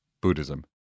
Buddhism